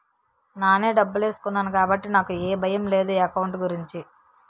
నానే డబ్బులేసుకున్నాను కాబట్టి నాకు ఏ భయం లేదు ఎకౌంట్ గురించి